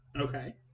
Okay